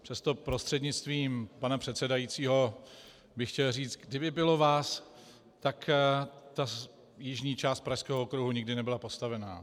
Přesto prostřednictvím pana předsedajícího bych chtěl říct: Kdyby bylo vás, tak jižní část Pražského okruhu nikdy nebyla postavena.